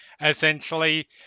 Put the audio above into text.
essentially